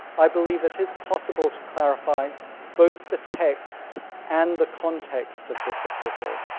i believe it is possible to clarify both the text and the context of this epistle.